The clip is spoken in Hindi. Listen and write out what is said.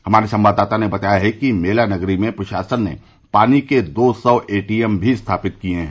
हमारे संवाददाता ने बताया है कि मेला नगरी में प्रशासन ने पानी के दो सौ एटीएम भी स्थापित किए हैं